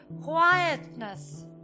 quietness